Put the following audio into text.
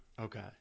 Okay